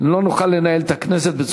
אדוני יתחיל לדבר, אני לא לוקח זמן.